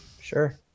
Sure